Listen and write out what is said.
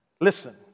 Listen